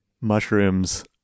mushrooms